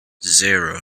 zero